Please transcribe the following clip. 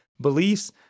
beliefs